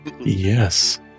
Yes